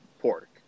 pork